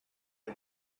boy